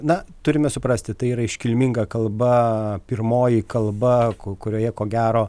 na turime suprasti tai yra iškilminga kalba pirmoji kalba kurioje ko gero